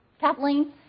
Kathleen